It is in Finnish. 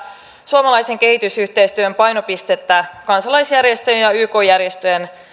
suomalaisen kehitysyhteistyön painopistettä kansalaisjärjestöjen ja ja yk järjestöjen